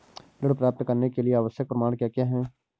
ऋण प्राप्त करने के लिए आवश्यक प्रमाण क्या क्या हैं?